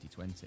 2020